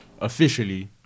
officially